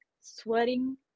sweating